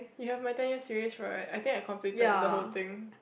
you have my ten year series right I think I completed the whole thing